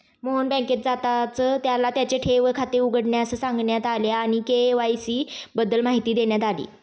मोहन बँकेत जाताच त्याला त्याचे ठेव खाते उघडण्यास सांगण्यात आले आणि के.वाय.सी बद्दल माहिती देण्यात आली